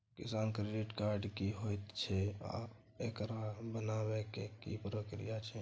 किसान credit card की होयत छै आ एकरा बनाबै के की प्रक्रिया छै?